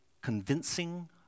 convincing